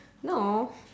no